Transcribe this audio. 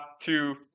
two